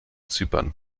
zypern